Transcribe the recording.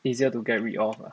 easier to get rid of ah